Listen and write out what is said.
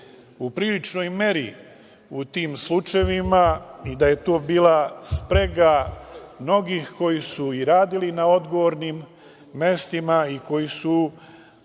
u priličnoj meri u tim slučajevima i da je to bila sprega mnogih koji su i radili na odgovornim mestima i koji su